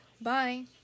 Bye